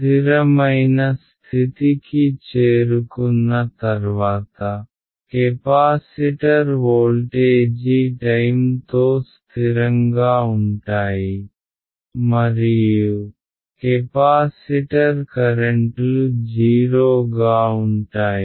స్ధిరమైన స్థితికి చేరుకున్న తర్వాత కెపాసిటర్ వోల్టేజీ టైమ్ తో స్థిరంగా ఉంటాయి మరియు కెపాసిటర్ కరెంట్లు 0 గా ఉంటాయి